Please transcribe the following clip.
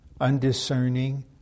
undiscerning